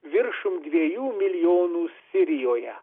viršum dviejų milijonų sirijoje